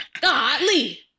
Godly